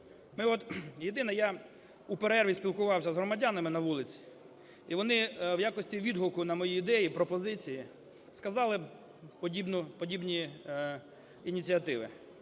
я у перерві спілкувався з громадянами на вулиці і вони у якості відгуку на мої ідеї, пропозиції сказали подібні ініціативи.